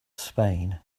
spain